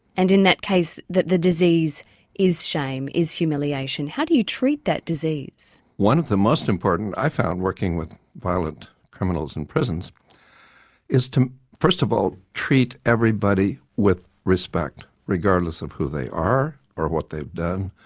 and in that case that the disease is shame, is humiliation how do you treat that disease? one of the most important i found working with violent criminals in prisons is to first of all treat everybody with respect, regardless of who they are or what they've done.